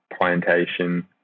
plantation